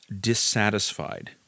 dissatisfied